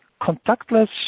contactless